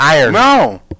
No